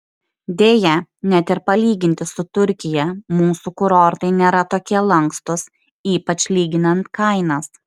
deja net ir palyginti su turkija mūsų kurortai nėra tokie lankstūs ypač lyginant kainas